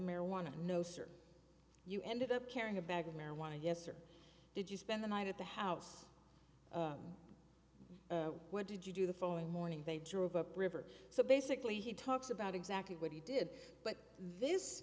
marijuana no sir you ended up carrying a bag of marijuana yes or did you spend the night at the house what did you do the following morning they drove up river so basically he talks about exactly what he did but this